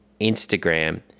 Instagram